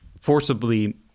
forcibly